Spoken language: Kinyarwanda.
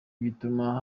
bituma